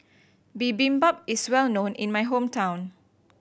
bibimbap is well known in my hometown